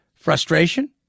frustration